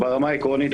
ברמה העקרונית,